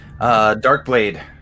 Darkblade